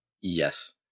Yes